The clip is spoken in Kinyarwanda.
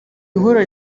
huriro